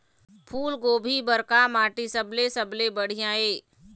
फूलगोभी बर का माटी सबले सबले बढ़िया ये?